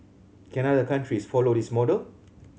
can other countries follow this model